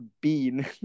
bean